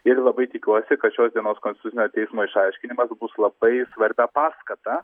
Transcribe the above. ir labai tikiuosi kad šios dienos konstitucinio teismo išaiškinimas bus labai svarbia paskata